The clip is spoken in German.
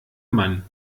mann